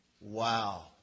Wow